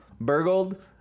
Burgled